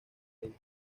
ellas